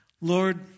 Lord